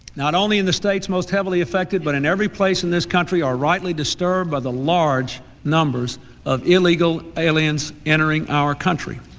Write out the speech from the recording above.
not only in the states most heavily affected but in every place in this country, are rightly disturbed by the large numbers of illegal aliens entering our country.